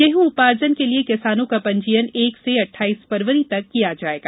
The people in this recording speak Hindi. गेहूं उपार्जन के लिये किसानों का पंजीयन एक से अट्ठाइस फरवरी तक किया जायेगा